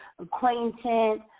acquaintance